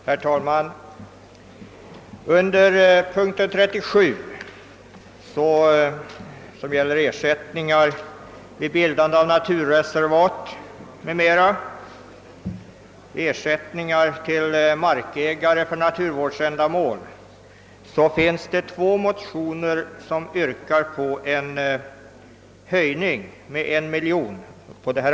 Herr talman! Under punkten 37, som gäller ersättningar vid bildande av naturreservat m.m., alltså ersättningar till markägare för naturvårdsändamål, behandlas två motioner, vari yrkas höjning av anslaget med en miljon kronor.